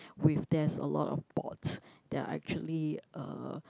with there's a lot of bots that are actually uh